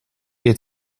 eet